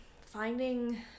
finding